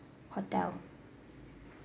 hotel